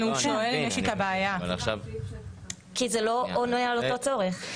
זה לא עונה על אותו צורך.